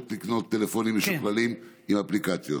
לקנות טלפונים משוכללים עם אפליקציות.